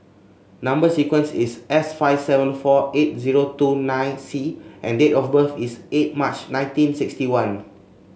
number sequence is S five seven four eight zero two nine C and date of birth is eight March nineteen sixty one